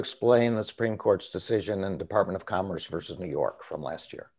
explain the supreme court's decision and department of commerce versus new york from last year